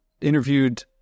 interviewed